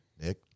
Nick